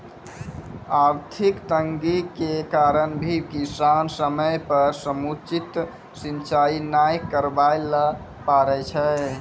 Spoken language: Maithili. आर्थिक तंगी के कारण भी किसान समय पर समुचित सिंचाई नाय करवाय ल पारै छै